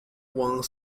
one